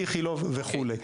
באיכילוב וכו'.